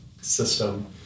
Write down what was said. system